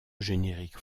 générique